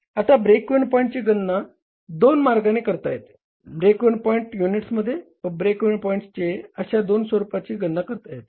आता break even पॉईंटची गणना दोन मार्गाने करता येते ब्रेक इव्हन पॉईंट युनिट्समध्ये व विक्रीमध्ये अशा दोन स्वरूपात त्याची गणना करता येते